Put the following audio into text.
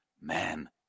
man